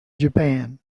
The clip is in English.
japan